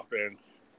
offense